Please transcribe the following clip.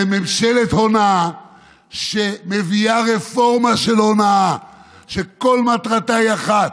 זו ממשלת הונאה שמביאה רפורמה של הונאה שכל מטרתה היא אחת.